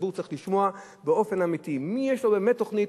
הציבור צריך לשמוע באופן אמיתי מי יש לו באמת תוכנית